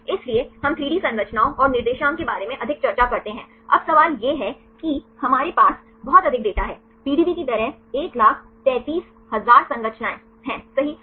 इसलिए हम 3D संरचनाओं और निर्देशांक के बारे में अधिक चर्चा करते हैं अब सवाल यह है कि हमारे पास बहुत अधिक डेटा है पीडीबी की तरह 133000 संरचनाएं सही हैं